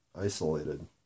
isolated